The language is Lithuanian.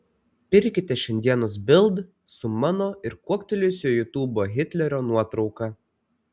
pirkite šiandienos bild su mano ir kuoktelėjusio jutubo hitlerio nuotrauka